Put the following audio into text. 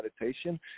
meditation